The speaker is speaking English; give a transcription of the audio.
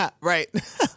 Right